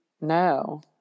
no